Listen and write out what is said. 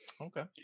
Okay